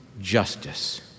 justice